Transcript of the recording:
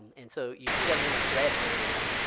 and so you see that little red area?